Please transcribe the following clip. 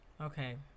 okay